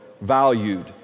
valued